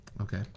okay